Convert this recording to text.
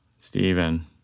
Stephen